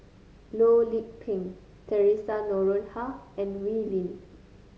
Loh Lik Peng Theresa Noronha and Wee Lin